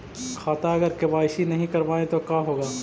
खाता अगर के.वाई.सी नही करबाए तो का होगा?